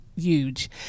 huge